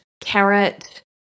carrot